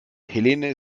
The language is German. helene